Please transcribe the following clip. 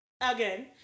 again